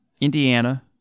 Indiana